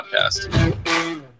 Podcast